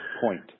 point